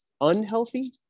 unhealthy